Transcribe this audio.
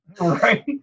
Right